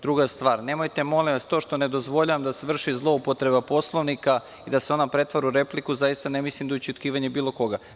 Druga stvar, nemojte molim vas, to što ne dozvoljavam da se vrši zloupotreba Poslovnika i da se ona pretvara u repliku, zaista ne mislim da je ućutkivanje bilo koga.